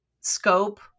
scope